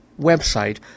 website